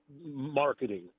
marketing